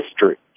history